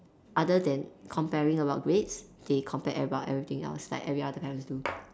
other than comparing about grades they compare about everything else like every other parents do